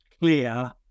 clear